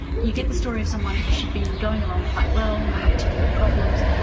you get the story of someone who'd been going along quite well, no particular problems,